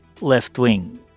left-wing